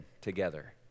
together